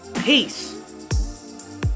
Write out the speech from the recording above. Peace